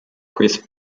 chris